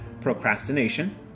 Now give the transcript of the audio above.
procrastination